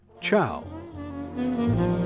Ciao